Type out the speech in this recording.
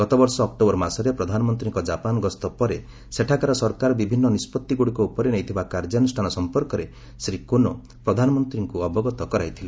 ଗତବର୍ଷ ଅକ୍ଟୋବର ମାସରେ ପ୍ରଧାନମନ୍ତ୍ରୀଙ୍କ ଜାପାନ ଗସ୍ତ ପରେ ସେଠାକାର ସରକାର ବିଭିନ୍ନ ନିଷ୍କଭିଗୁଡ଼ିକ ଉପରେ ନେଇଥିବା କାର୍ଯ୍ୟାନୁଷ୍ଠାନ ସଂପର୍କରେ ଶ୍ରୀ କୋନୋ ପ୍ରଧାନମନ୍ତ୍ରୀଙ୍କୁ ଅବଗତ କରାଇଥିଲେ